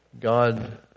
God